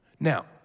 Now